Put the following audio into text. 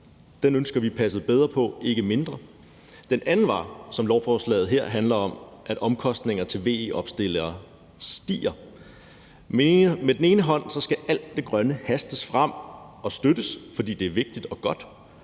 Den synes vi at vi skal passe bedre på, ikke mindre. Den anden ting, som lovforslaget her handler om, var, at omkostningerne for VE-opstillere stiger. Med den ene hånd skal alt det grønne hastes frem og støttes, fordi det er vigtigt og godt;